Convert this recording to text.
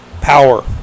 power